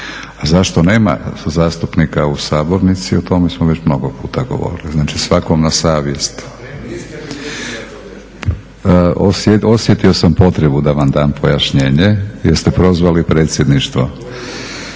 zašto nema zastupnika u sabornici o tome smo već mnogo puta govorili. Znači, svakom na savjest. …/Upadica sa strane, ne čuje se./… Osjetio sam potrebu da vam dam pojašnjenje, jer ste prozvali Predsjedništvo.